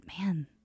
man